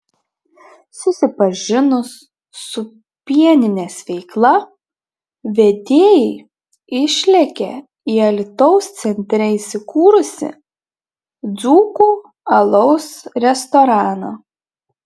susipažinus su pieninės veikla vedėjai išlėkė į alytaus centre įsikūrusį dzūkų alaus restoraną